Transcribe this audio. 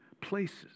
places